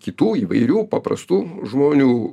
kitų įvairių paprastų žmonių